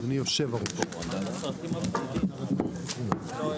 הישיבה ננעלה בשעה 10:50.